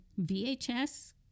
VHS